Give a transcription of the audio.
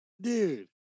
Dude